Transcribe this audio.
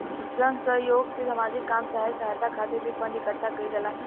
जन सह योग से सामाजिक काम चाहे सहायता खातिर भी फंड इकट्ठा कईल जाला